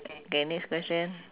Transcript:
okay next question